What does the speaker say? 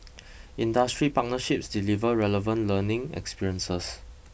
industry partnerships deliver relevant learning experiences